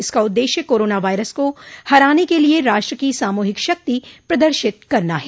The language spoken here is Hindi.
इसका उद्देश्य कोरोना वायरस को हराने के लिए राष्ट्र की सामूहिक शक्ति प्रदर्शित करना है